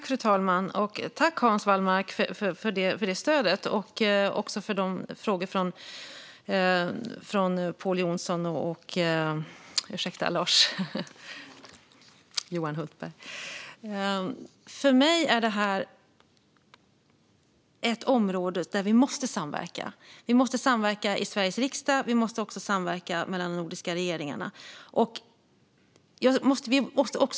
Fru talman! Tack, Hans Wallmark, för stödet! Jag tackar även för frågorna från Pål Jonson och Johan Hultberg. För mig är detta ett område där vi måste samverka. Vi måste samverka i Sveriges riksdag, och de nordiska regeringarna måste samverka.